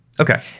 Okay